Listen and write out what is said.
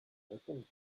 répondre